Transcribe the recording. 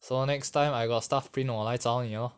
so next time I got stuff print 我来找你 lor